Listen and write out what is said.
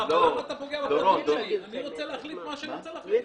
כתוצאה מהנחיה בטיחותית- - דורון צודק.